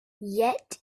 yet